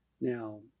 Now